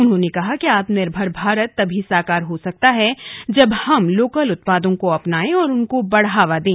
उन्होंने कहा कि आत्मनिर्भर भारत तभी साकार हो सकता है जब हम लोकल उत्पादों को अपनाए और उनको बढ़ावा दें